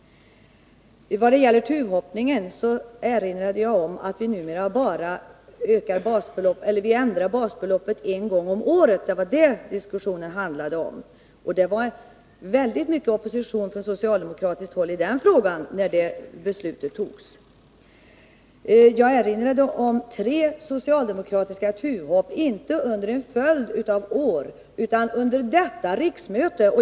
Vad gäller tuvhoppningen erinrade jag om att basbeloppet numera ändras bara en gång om året. Det var det som diskussionen handlade om, och det var väldigt mycket opposition från socialdemokratiskt håll i den frågan när beslutet fattades. Jag påminde om tre socialdemokratiska tuvhopp — inte under en följd av år, utan under innevarande riksmöte.